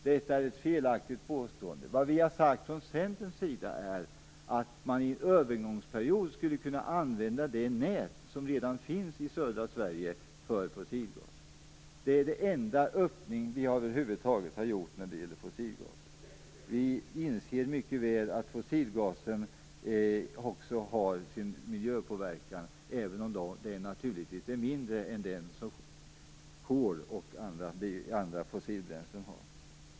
Detta är ett felaktigt påstående. Från Centerns sida har vi sagt att man under en övergångsperiod skulle kunna använda det nät för fossilgas som redan finns i södra Sverige. Det är den enda öppning vi över huvud taget har gett när det gäller fossilgas. Vi inser mycket väl att en använding av fossilgas också ger upphov till miljöpåverkan, även om den naturligtvis är mindre än den som kol och andra fossilbränslen ger.